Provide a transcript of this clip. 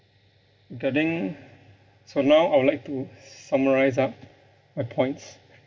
regarding so now I would like to summarise up my points